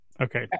Okay